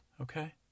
okay